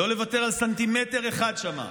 לא לוותר על סנטימטר אחד שם.